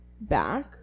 Back